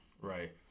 Right